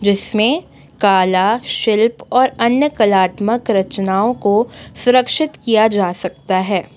जिस में कला शिल्प और अन्य कलात्मक रचनाओं को सुरक्षित किया जा सकता है